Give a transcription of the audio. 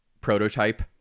prototype